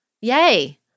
Yay